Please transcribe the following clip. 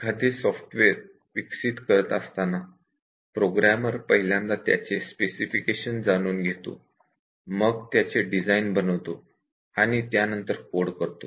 एखादे सॉफ्टवेअर विकसित करत असताना प्रोग्रामर पहिल्यांदा त्याचे स्पेसिफिकेशन जाणून घेतो मग त्याचे डिझाईन बनवतो आणि त्यानंतर कोड करतो